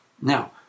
Now